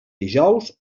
dijous